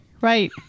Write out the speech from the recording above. right